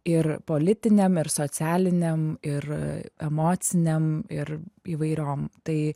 ir politinėm ir socialinėm ir emocinėm ir įvairiom tai